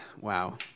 wow